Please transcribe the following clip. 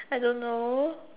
I don't know